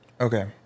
Okay